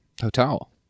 hotel